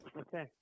okay